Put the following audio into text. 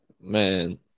Man